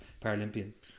paralympians